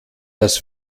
das